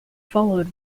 followed